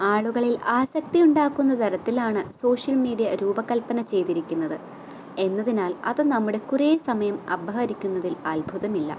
ആളുകളിൽ ആസക്തിയുണ്ടാക്കുന്ന തരത്തിലാണ് സോഷ്യൽ മീഡിയ രൂപകൽപ്പന ചെയ്തിരിക്കുന്നത് എന്നതിനാൽ അത് നമ്മുടെ കുറേ സമയം അപഹരിക്കുന്നതിൽ അത്ഭുതമില്ല